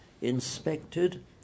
inspected